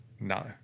no